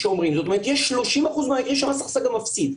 זאת אומרת, יש 30% מהמקרים שמס הכנסה גם מפסיד,